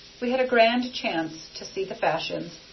we had a grand chance to see the fashions,